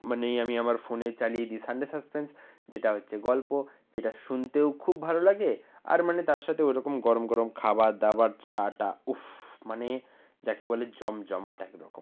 মানেই আমি আমার ফোনে চালিয়ে দিই সানডে সাসপেন্স যেটা হচ্ছে গল্প যেটা শুনতেও খুব ভালো লাগে আর মানে তার সাতে ও রকম গরম গরম খাবার দাবার চাটা উফ মানে যাকে বলে জমজমাট এক রকম